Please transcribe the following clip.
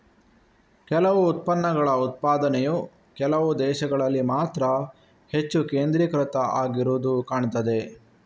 ಕೆಲವು ಉತ್ಪನ್ನಗಳ ಉತ್ಪಾದನೆಯು ಕೆಲವು ದೇಶಗಳಲ್ಲಿ ಮಾತ್ರ ಹೆಚ್ಚು ಕೇಂದ್ರೀಕೃತ ಆಗಿರುದು ಕಾಣ್ತದೆ